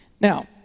Now